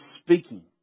speaking